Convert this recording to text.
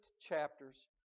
chapters